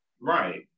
Right